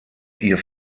ihr